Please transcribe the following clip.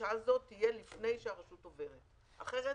הדרישה הזאת תהיה לפני שהרשות עוברת כי אחרת